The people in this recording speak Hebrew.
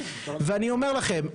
ואני אומר לכם,